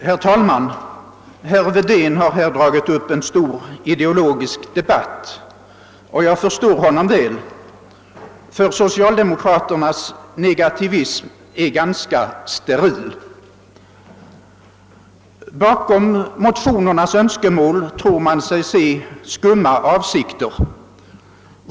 Herr talman! Herr Wedén har här dragit upp en stor ideologisk debatt, och jag förstår honom väl. Socialdemokraternas negativism är nämligen ganska steril. Bakom motionernas önskemål tror de sig se skumma avsikter.